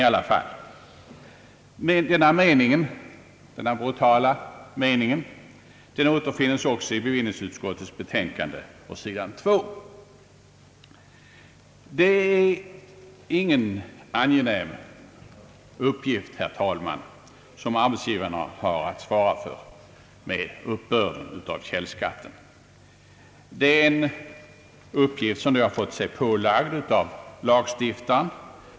Denna brutala mening återfinns också i bevillningsutskottets betänkande på sidan 2. Det är ingen angenäm uppgift, herr talman, som arbetsgivarna har att svara för när det gäller uppbörden av källskatt. De har fått sig denna uppgift pålagd av lagstiftaren.